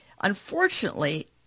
Unfortunately